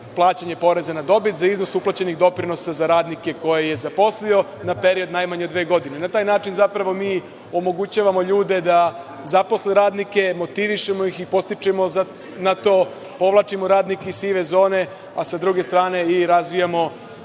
plaćanje poreza na dobit za iznos uplaćenih doprinosa za radnike koje je zaposlio na period najmanje od dve godine. Na taj način, zapravo, mi omogućavamo ljude da zaposle radnike, motivišemo ih i podstičemo na to, povlačimo radnike iz sive zone, a sa druge strane, i razvijamo